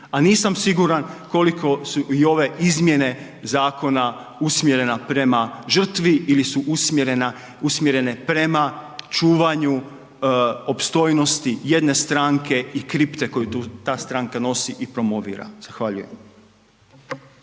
a nisam siguran koliko su i ove izmjene zakona usmjerene prema žrtvi ili su usmjerene prema čuvanju opstojnosti jedne stranke i kripte koju ta stranka nosi i promovira. Zahvaljujem.